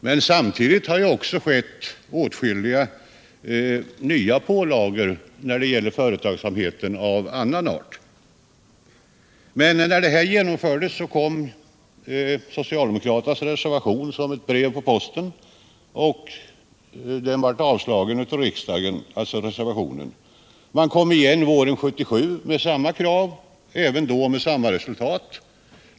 Men samtidigt har det införts åtskilliga nya pålagor av annan art på företagsamheten. Socialdemokraternas reservation kom som ett brev på posten men avslogs av riksdagen. Man kom igen våren 1977 med samma krav — även då med samma resultat.